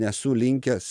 nesu linkęs